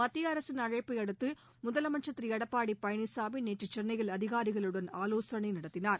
மத்திய அரசின் அழைப்பை அடுத்து முதலமைச்சர் திரு எடப்பாடி பழனிசாமி நேற்று சென்னையில் அதிகாரிகளுடன் ஆலோசனை நடத்தினார்